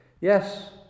Yes